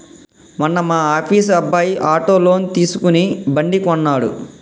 మొన్న మా ఆఫీస్ అబ్బాయి ఆటో లోన్ తీసుకుని బండి కొన్నడు